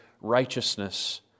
righteousness